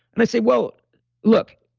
and i say, well look,